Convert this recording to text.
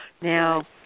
Now